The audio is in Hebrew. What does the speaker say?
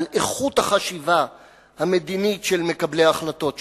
על איכות החשיבה המדינית של מקבלי ההחלטות שלנו.